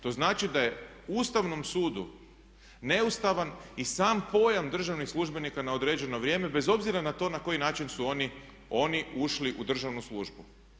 To znači da je Ustavnom sudu neustavan i sam pojam državnih službenika na određeno vrijeme bez obzira na to na koji način su oni ušli u državnu službu.